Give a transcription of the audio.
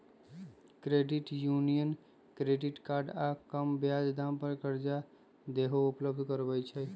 credit union credit card आऽ कम ब्याज दाम पर करजा देहो उपलब्ध करबइ छइ